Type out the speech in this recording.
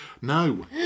No